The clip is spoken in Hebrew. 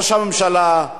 ראש הממשלה,